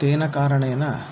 तेन कारणेन